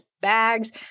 bags